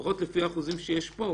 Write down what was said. לפחות לפי האחוזים שיש פה.